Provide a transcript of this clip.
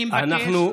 אני מבקש,